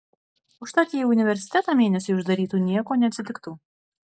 užtat jei universitetą mėnesiui uždarytų nieko neatsitiktų